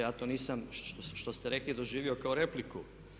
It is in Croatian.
Ja to nisam što ste rekli doživio kao repliku.